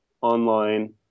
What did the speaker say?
online